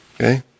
Okay